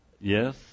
Yes